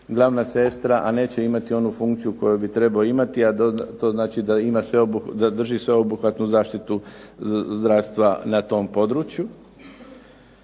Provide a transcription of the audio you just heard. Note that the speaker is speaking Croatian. glavna sestra a neće imati onu funkciju koju bi trebao imati a to znači da drži sveobuhvatnu zaštitu zdravstva na tom području.